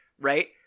right